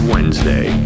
Wednesday